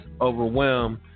overwhelmed